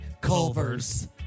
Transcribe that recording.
Culver's